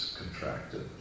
contracted